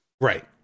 Right